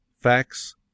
facts